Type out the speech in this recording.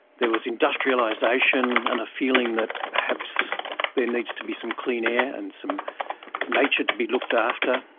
there was industrialisation and a feeling that perhaps there needs to be some clean air and some nature to be looked after.